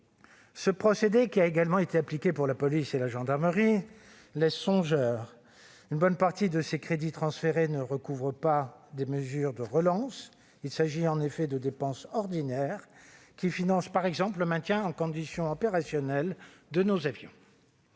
Ce procédé, qui a également été appliqué pour la police et la gendarmerie, laisse songeur. Une bonne partie de ces crédits transférés ne recouvrent pas des mesures de relance. Il s'agit en effet de dépenses ordinaires, qui financent par exemple le maintien en condition opérationnelle (MCO) de nos avions.